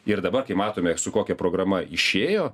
ir dabar kai matome su kokia programa išėjo